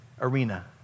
arena